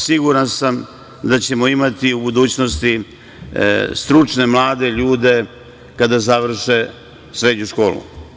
Siguran sam da ćemo imati u budućnosti stručne mlade ljude kada završe srednju školu.